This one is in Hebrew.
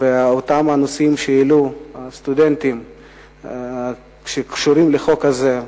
ועל אותם הנושאים שהעלו הסטודנטים שקשורים לחוק הזה.